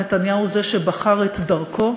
נתניהו הוא זה שבחר את דרכו,